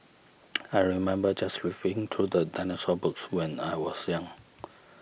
I remember just re flipping through dinosaur books when I was young